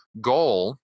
goal